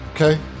Okay